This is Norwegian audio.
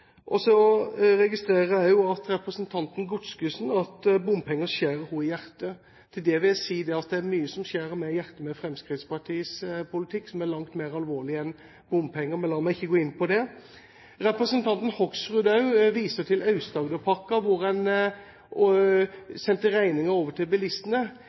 tvang. Så registrerer jeg også fra representanten Godskesen at bompenger skjærer henne i hjertet. Til det vil jeg si at det er mye som skjærer meg i hjertet med Fremskrittspartiets politikk, som er langt mer alvorlig enn bompenger, men la meg ikke gå inn på det. Representanten Hoksrud viser også til Aust-Agderpakka, hvor en sendte regningen over til bilistene.